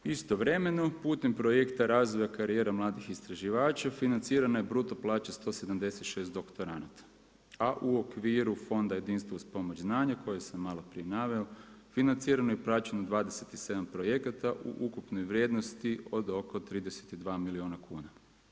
Istovremeno putem Projekta razvoja karijera mladih istraživača, financirana je bruto plaća, 176 doktoranata, a u okviru Fonda jedinstvo uz pomoć znanja koje sam malo prije naveo, financirano i praćeno 27 projekata u ukupnoj vrijednosti od oko 32 milijuna kuna.